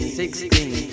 sixteen